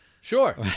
Sure